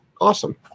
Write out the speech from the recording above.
Awesome